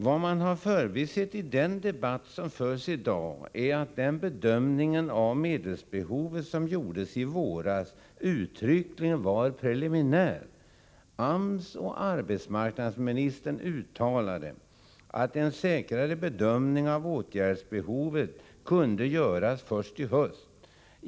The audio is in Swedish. Vad man vidare har förbisett i den debatt som förs i dag är att den bedömning av medelsbehovet som gjordes i våras uttryckligen var preliminär. AMS och arbetsmarknadsministern uttalade att en säkrare bedömning av åtgärdsbehovet kunde göras först i höst.